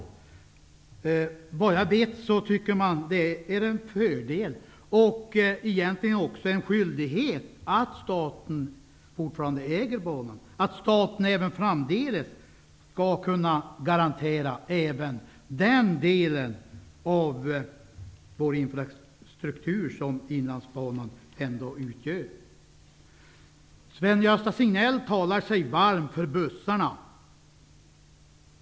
Såvitt jag vet tycker man att det är en fördel, egentligen en skyldighet, att staten fortfarande äger banan och även framdeles skall kunna garantera den del av vår infrastruktur som Inlandsbanan ändå utgör. Sven-Gösta Signell talar sig varm för bussarna.